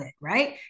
Right